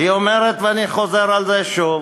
אומרת, ואני חוזר על זה שוב,